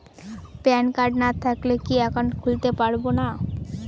Pan card না থাকলে কি একাউন্ট খুলতে পারবো না?